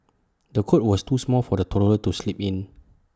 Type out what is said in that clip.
the cot was too small for the toddler to sleep in